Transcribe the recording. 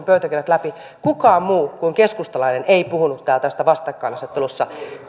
pöytäkirjat läpi ketkään muut kuin keskustalaiset eivät puhuneet täällä tästä vastakkainasettelusta